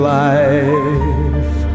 life